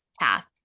path